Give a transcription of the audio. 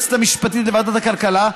והיועצת המשפטית לוועדת הכלכלה,